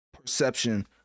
perception